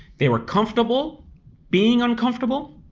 they were comfortable being uncomfortable,